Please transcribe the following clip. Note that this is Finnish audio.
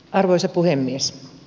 arvoisa puhemies